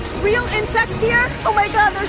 real insects here. oh my god,